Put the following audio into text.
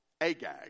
Agag